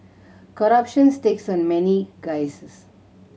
corruptions takes on many guises